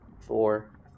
four